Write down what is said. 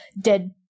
dead